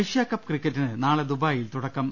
Asia Cup ക്രിക്കറ്റിന് നാളെ ദുബായിൽ തുടക്കം